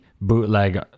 bootleg